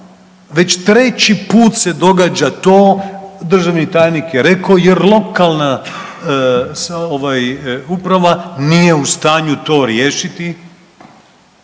već treći put se događa to, državni tajnik je rekao, jer lokalna uprava nije u stanju to riješiti.